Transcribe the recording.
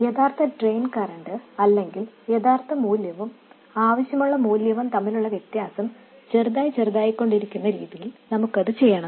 യഥാർത്ഥ drain current അല്ലെങ്കിൽ യഥാർത്ഥ മൂല്യവും ആവശ്യമുള്ള മൂല്യവും തമ്മിലുള്ള വ്യത്യാസം ചെറുതായി ചെറുതായിക്കൊണ്ടിരിക്കുന്ന രീതിയിൽ നമുക്കത് ചെയ്യണം